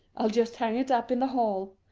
i'll just hang it up in the hall.